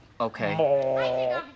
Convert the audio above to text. Okay